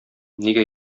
нигә